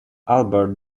albert